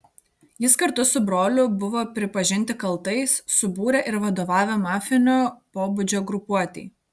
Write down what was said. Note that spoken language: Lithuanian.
jis kartu su broliu buvo pripažinti kaltais subūrę ir vadovavę mafinio pobūdžio grupuotei